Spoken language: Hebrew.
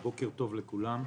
בוקר טוב לכולם.